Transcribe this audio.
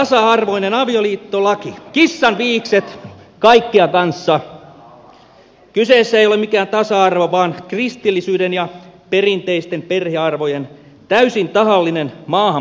tasa arvoinen avioliittolaki kissanviikset kaikkea kanssa kyseessä ei ole mikään tasa arvo vaan kristillisyyden ja perinteisten perhearvojen täysin tahallinen maahan polkeminen